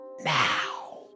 now